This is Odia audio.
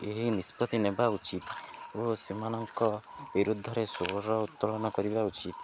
ଏହି ନିଷ୍ପତ୍ତି ନେବା ଉଚିତ୍ ଓ ସେମାନଙ୍କ ବିରୁଦ୍ଧରେ ସ୍ୱର ଉତ୍ତୋଳନ କରିବା ଉଚିତ୍